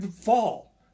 fall